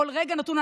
בכל רגע נתון.